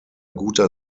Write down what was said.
guter